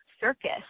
circus